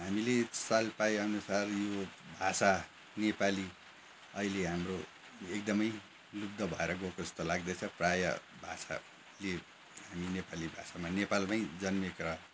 हामीले चाल पाएअनुसार यो भाषा नेपाली अहिले हाम्रो एकदमै लुप्त भएर गएको जस्तो लाग्दैछ प्रायः भाषाले यो नेपाली भाषामा नेपालमै जन्मेका